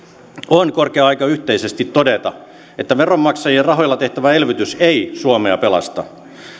on korkea aika yhteisesti todeta että veronmaksajien rahoilla tehtävä elvytys ei suomea pelasta